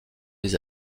les